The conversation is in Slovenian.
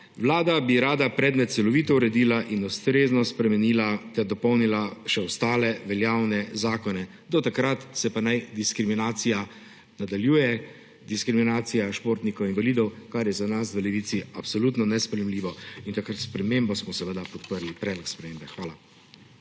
Vlada bi rada predmet celovito uredila in ustrezno spremenila ter dopolnila še ostale veljavne zakone, do takrat se pa naj nadaljuje diskriminacija športnikov invalidov, kar je za nas v Levici absolutno nesprejemljivo. In predlog spremembe smo seveda podprli. Hvala.